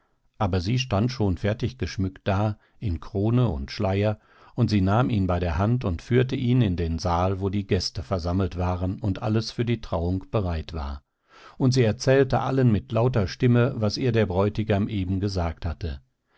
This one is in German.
aber sie stand schon fertig geschmückt da in krone und schleier und sie nahm ihn bei der hand und führte ihn in den saal wo die gäste versammelt waren und alles für die trauung bereit war und sie erzählte allen mit lauter stimme was ihr der bräutigam eben gesagt hatte